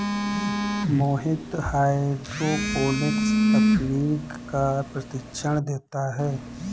मोहित hydroponics तकनीक का प्रशिक्षण देता है